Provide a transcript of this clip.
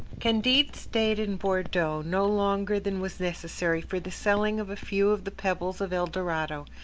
candide stayed in bordeaux no longer than was necessary for the selling of a few of the pebbles of el dorado,